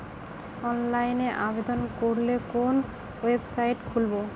অনলাইনে আবেদন করলে কোন ওয়েবসাইট খুলব?